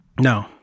No